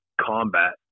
combat